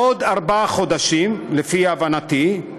עוד ארבעה חודשים, לפי הבנתי,